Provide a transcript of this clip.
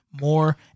more